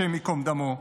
השם ייקום דמו.